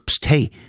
hey